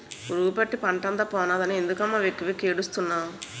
పురుగుపట్టి పంటంతా పోనాదని ఎందుకమ్మ వెక్కి వెక్కి ఏడుస్తున్నావ్